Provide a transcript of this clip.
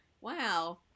Wow